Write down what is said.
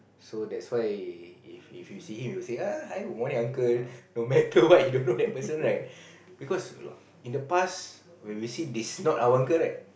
so that's why if if you see him you say ah hi good morning uncle no matter what you know that person right because lah in the past when we see this you know it's not our uncle right